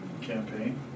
campaign